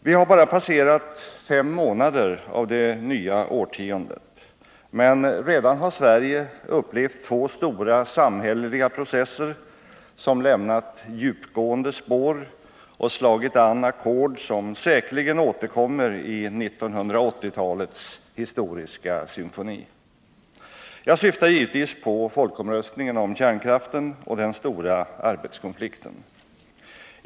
Vi har bara passerat fem månader av det nya årtiondet, men redan har Sverige upplevt två stora samhälleliga processer som lämnat djupgående spår och slagit an ackord som säkerligen återkommer i 1980-talets historiska symfoni. Jag syftar givetvis på folkomröstningen om kärnkraften och den stora arbetskonflikten.